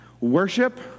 Worship